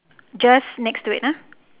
just next to it ah